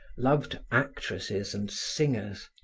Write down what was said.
loved actresses and singers,